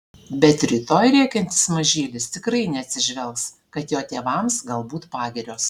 bet rytoj rėkiantis mažylis tikrai neatsižvelgs kad jo tėvams galbūt pagirios